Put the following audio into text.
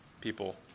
people